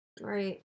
right